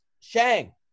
Shang